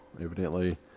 evidently